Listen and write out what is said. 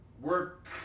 Work